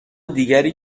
دیگری